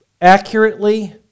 accurately